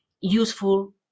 useful